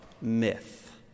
myth